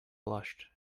blushed